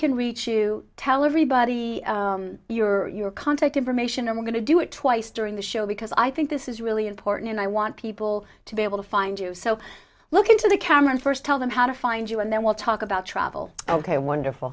can reach to tell everybody your contact information or we're going to do it twice during the show because i think this is really important and i want people to be able to find you so look into the camera first tell them how to find you and then we'll talk about travel ok wonderful